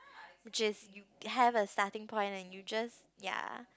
which is you have a starting point and you just ya